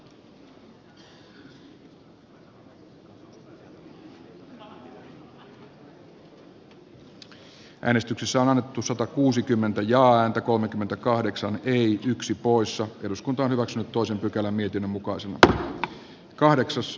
ville vähämäki on annettu satakuusikymmentä ja ääntä kolmekymmentäkahdeksan yli yksi poissa maria lohelan kannattamana ehdottanut että pykälä poistetaan